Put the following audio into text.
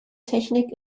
technik